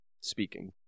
speaking